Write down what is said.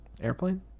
airplane